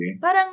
Parang